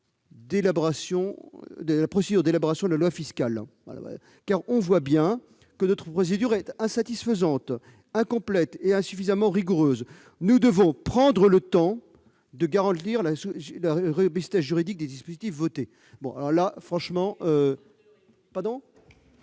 la procédure d'élaboration de la loi fiscale, car on voit bien que notre procédure est insatisfaisante, incomplète et insuffisamment rigoureuse. Nous devons prendre le temps de garantir la robustesse juridique des dispositifs votés. » Quel auteur